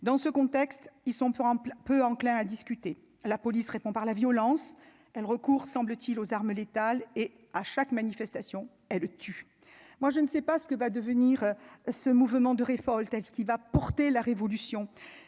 dans ce contexte, ils sont peu rempli peu enclin à discuter la police répond par la violence, elle recourt, semble-t-il, aux armes létales et à chaque manifestation, elle le tu, moi je ne sais pas ce que va devenir ce mouvement de révolte est ce qui va porter la révolution,